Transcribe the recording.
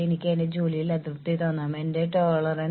ഇപ്പോൾ ഈ പദ്ധതികൾ തൊഴിലാളി സൌഹൃദമല്ല